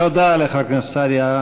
תודה לך, חבר הכנסת סעדי.